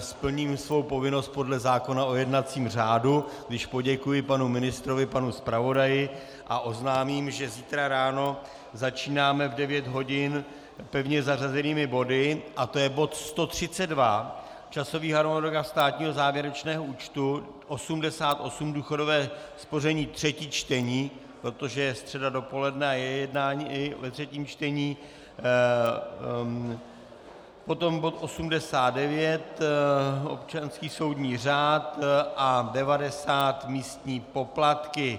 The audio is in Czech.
Splním svou povinnost podle zákona o jednacím řádu, když poděkuji panu ministrovi, panu zpravodaji a oznámím, že zítra ráno začínáme v 9 hodin pevně zařazenými body, to je bod 132, časový harmonogram státního závěrečného účtu, 88, důchodové spoření, třetí čtení, protože je středa dopoledne a je jednání i ve třetím čtení, potom bod 89, občanský soudní řád, a 90, místní poplatky.